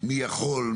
מי יכול,